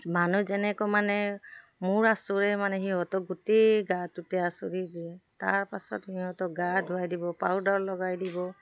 মানুহ যেনেকৈ মানে মোৰ আচোৰে মানে সিহঁতক গোটেই গাটোতে আচোৰি দিয়ে তাৰপাছত সিহঁতক গা ধুৱাই দিব পাউদাৰ লগাই দিব